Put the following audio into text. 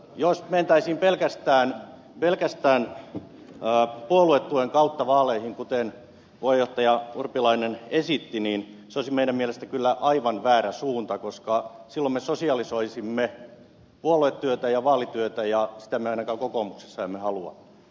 jos mentäisiin pelkästään puoluetuen kautta vaaleihin kuten puheenjohtaja urpilainen esitti se olisi meidän mielestämme kyllä aivan väärä suunta koska silloin me sosialisoisimme puoluetyötä ja vaalityötä ja sitä me ainakaan kokoomuksessa emme halua